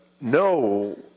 no